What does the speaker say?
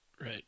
Right